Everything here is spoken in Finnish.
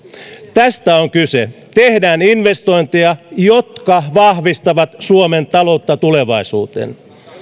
tästä on kyse tehdään investointeja jotka vahvistavat suomen taloutta tulevaisuuteen